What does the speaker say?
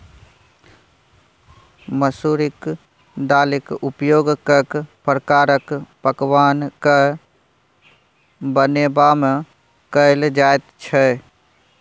मसुरिक दालिक उपयोग कैक प्रकारक पकवान कए बनेबामे कएल जाइत छै